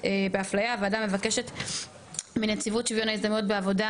הוועדה מבקשת מנציבות שוויון הזדמנויות בעבודה,